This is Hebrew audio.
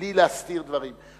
בלי להסתיר דברים.